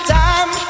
time